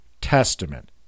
Testament